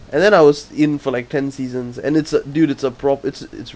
and then I was in for like ten seasons and it's a dude it's a prop it's it's